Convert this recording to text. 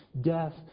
death